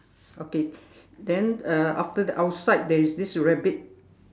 okay then uh after the outside there is this rabbit